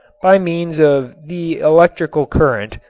by means of the electrical current,